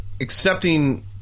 accepting